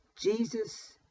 Jesus